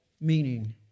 meaning